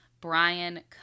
Brian